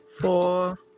Four